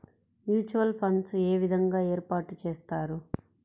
Mutual funds ఏ విధంగా ఏర్పాటు చేస్తారు?